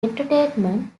entertainment